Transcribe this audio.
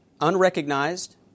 Unrecognized